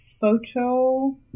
photo